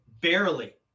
barely